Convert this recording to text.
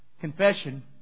Confession